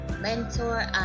mentor